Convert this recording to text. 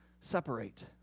separate